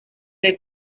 del